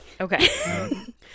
Okay